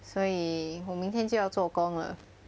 所以我明天就要做工了